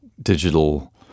digital